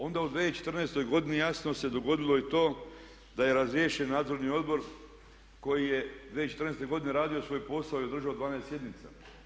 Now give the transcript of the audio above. Onda u 2014. godini jasno se dogodilo i to da je razriješen Nadzorni odbor koji je 2014. godine radio svoj posao i održao 12 sjednica.